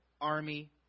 army